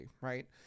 right